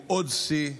הוא עוד שיא,